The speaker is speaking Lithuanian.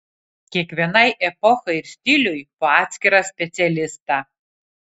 kiekvienai epochai ar stiliui po atskirą specialistą